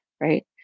right